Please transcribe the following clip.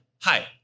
hi